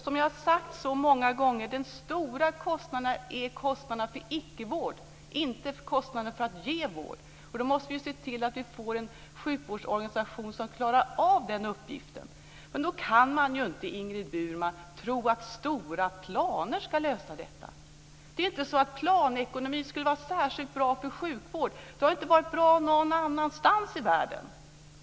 Som jag har sagt så många gånger gäller de stora kostnaderna icke-vård, inte att ge vård. Då måste vi se till att få en sjukvårdsorganisation som klarar av den uppgiften. Man kan inte tro att stora planer ska lösa detta. Det är inte så att planekonomi skulle vara särskilt bra för sjukvård. Det har inte varit bra någonstans i världen.